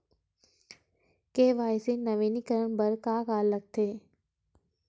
KYC नवीनीकरण बर का का लगथे?